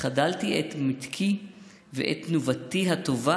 החדלתי את מתקי ואת תנובתי הטובה,